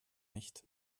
nicht